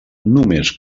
només